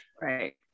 Right